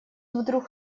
вдруг